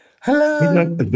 hello